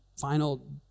final